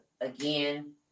Again